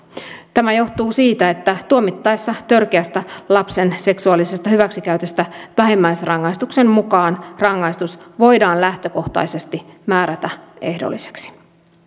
tämä johtuu siitä että tuomittaessa törkeästä lapsen seksuaalisesta hyväksikäytöstä vähimmäisrangaistuksen mukaan rangaistus voidaan lähtökohtaisesti määrätä ehdolliseksi